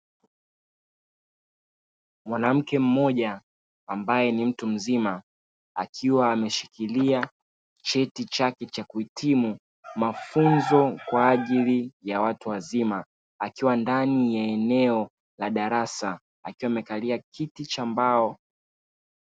Mwanamke mmoja ambaye ni mtu mzima akiwa ameshikilia cheti chake cha kuhitimu mafunzo kwa ajili ya watu wazima, akiwa ndani ya eneo la darasa akiwa amekalia kiti cha mbao.